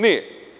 Nije.